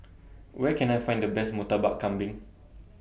Where Can I Find The Best Murtabak Kambing